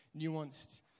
nuanced